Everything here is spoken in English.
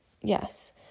Yes